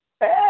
Hey